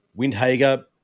Windhager